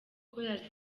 chorale